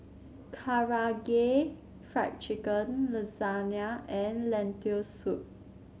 Karaage Fried Chicken Lasagne and Lentil Soup